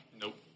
Nope